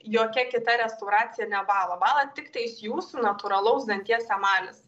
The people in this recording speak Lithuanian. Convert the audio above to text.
jokia kita restauracija nebąla bąla tiktais jūsų natūralaus danties emalis